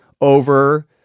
over